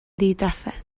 ddidrafferth